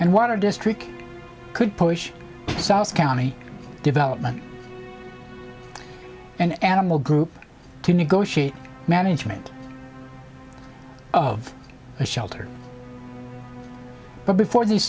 and water district could push south county development and animal group to negotiate management of the shelter but before these